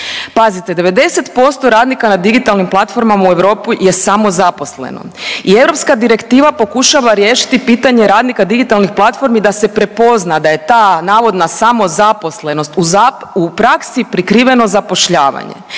Pazite, 90% radnika na digitalnim platformama u Europi je samozaposleno i europska direktiva pokušava riješiti pitanje radnika digitalnih platformi da se prepozna da je ta navodna samozaposlenost u praksi prikriveno zapošljavanje